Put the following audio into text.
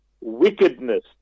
wickedness